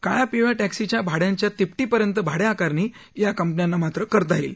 काळ्या पिवळ्या टॅक्सीच्या भाड्याच्या तिपटीपर्यंत भाडे आकारणी या कंपन्यांना करता येईल